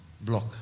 Block